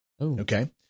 Okay